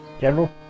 General